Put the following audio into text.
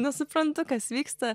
nesuprantu kas vyksta